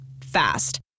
fast